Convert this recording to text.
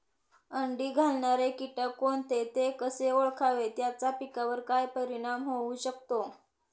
अंडी घालणारे किटक कोणते, ते कसे ओळखावे त्याचा पिकावर काय परिणाम होऊ शकतो?